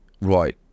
right